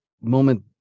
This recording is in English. moment